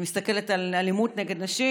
אני מסתכלת על אלימות נגד נשים,